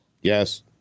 Yes